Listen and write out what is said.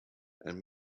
and